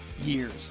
years